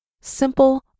simple